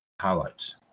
highlights